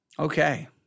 Okay